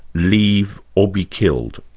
leave or be killed.